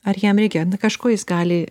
ar jam reikia na kažko jis gali